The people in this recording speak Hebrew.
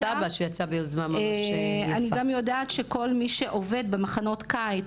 שכל מי שעובד במחנות הקיץ,